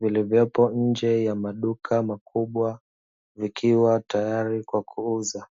vilivyoko nje ya maduka makubwa vikiwa tayari kwa kuuza.